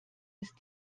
ist